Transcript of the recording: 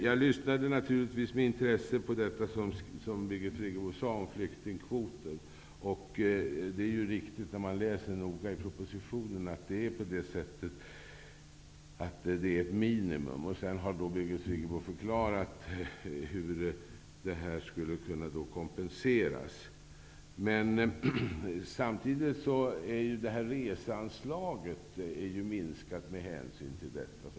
Jag lyssnade naturligtvis med intresse på vad Birgit Friggebo sade om flyktingkvoten. När man läser noga i propositionen ser man att det är ett minimum, och sedan har Birgit Friggebo förklarat hur det skulle kunna kompenseras. Men samtidigt är reseanslaget minskat med hänsyn till detta.